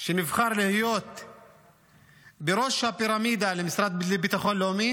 שנבחר להיות בראש הפירמידה למשרד לביטחון לאומי